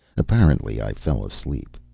apparently i fell asleep.